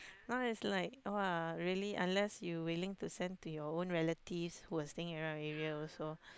now it's like !wah! really unless you willing to send to your own relatives who are staying around the area also